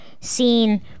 seen